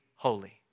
Holy